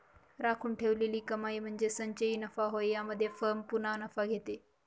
राखून ठेवलेली कमाई म्हणजे संचयी नफा होय यामध्ये फर्म पूर्ण नफा घेते